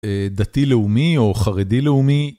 דתי-לאומי או חרדי-לאומי.